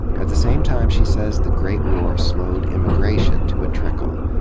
at the same time, she says, the great war slowed immigration to a trickle.